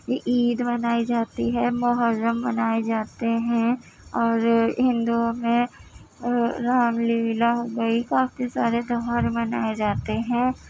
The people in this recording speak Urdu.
عید منائی جاتی ہے محرم منائے جاتے ہیں اور ہندوؤں میں رام لیلا وہی کافی سارے تیوہار منائے جاتے ہیں